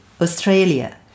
Australia